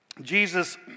Jesus